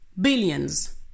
billions